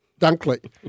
Dunkley